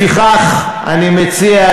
לפיכך אני מציע,